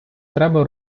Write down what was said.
треба